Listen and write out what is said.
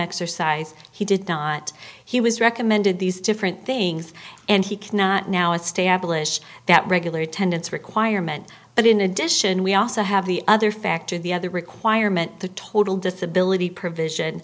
exercise he did not he was recommended these different things and he cannot now establish that regular attendance requirement but in addition we also have the other factor the other requirement the total disability provision